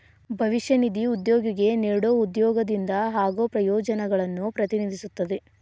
ಭವಿಷ್ಯ ನಿಧಿ ಉದ್ಯೋಗಿಗೆ ನೇಡೊ ಉದ್ಯೋಗದಿಂದ ಆಗೋ ಪ್ರಯೋಜನಗಳನ್ನು ಪ್ರತಿನಿಧಿಸುತ್ತದೆ